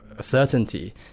certainty